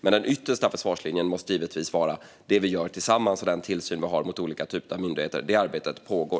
Men den yttersta försvarslinjen måste givetvis vara det vi gör tillsammans och den tillsyn vi utövar över olika typer av myndigheter, och det arbetet pågår.